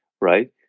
right